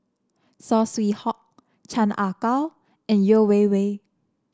Saw Swee Hock Chan Ah Kow and Yeo Wei Wei